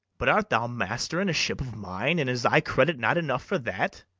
but art thou master in a ship of mine, and is thy credit not enough for that?